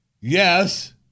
yes